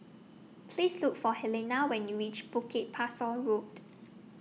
Please Look For Helena when YOU REACH Bukit Pasoh Road